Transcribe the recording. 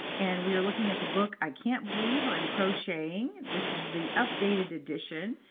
and we are looking at the book i can't believe i'm crocheting. this is the updated edition,